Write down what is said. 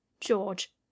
george